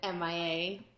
MIA